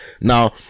Now